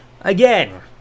again